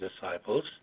disciples